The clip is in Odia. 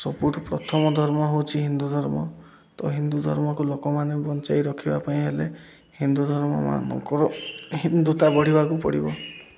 ସବୁଠୁ ପ୍ରଥମ ଧର୍ମ ହେଉଛି ହିନ୍ଦୁ ଧର୍ମ ତ ହିନ୍ଦୁ ଧର୍ମକୁ ଲୋକମାନେ ବଞ୍ଚାଇ ରଖିବା ପାଇଁ ହେଲେ ହିନ୍ଦୁ ଧର୍ମମାନଙ୍କର ହିନ୍ଦୁତା ବଢ଼ିବାକୁ ପଡ଼ିବ